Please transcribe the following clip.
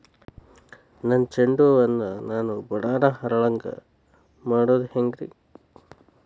ನನ್ನ ಚಂಡ ಹೂ ಅನ್ನ ನಾನು ಬಡಾನ್ ಅರಳು ಹಾಂಗ ಮಾಡೋದು ಹ್ಯಾಂಗ್?